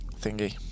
thingy